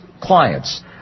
clients